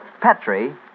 Petri